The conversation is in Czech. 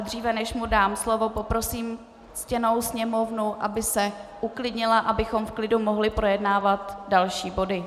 Dříve než mu dám slovo, poprosím ctěnou sněmovnu, aby se uklidnila, abychom v klidu mohli projednávat další body.